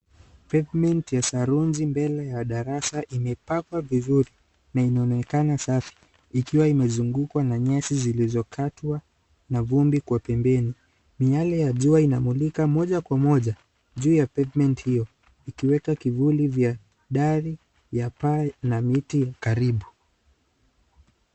Pavement ya sarunzi mbele ya darasa imepakwa vizuri na inaonekana safi ikiwa imezungukwa na nyasi zilizokatwa na vumbi kwa pembeni, miale ya jua inamulika moja kwa moja juu ya pavement hio ikiweka kivuli vya dari ya paa na miti ya karibu.